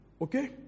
Okay